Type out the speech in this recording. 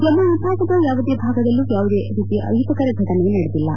ಜಮ್ಮ ವಿಭಾಗದ ಯಾವುದೇ ಭಾಗದಲ್ಲೂ ಯಾವುದೇ ರೀತಿಯ ಅಹಿತಕರ ಘಟನೆ ನಡೆದಿಲ್ಲ